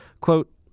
Quote